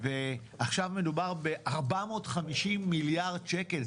עכשיו מדובר ב-450 מיליארד שקל.